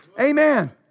amen